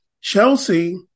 Chelsea